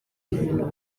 ibintu